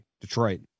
Detroit